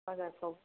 बाजारफ्राव